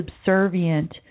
subservient